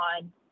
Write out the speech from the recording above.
on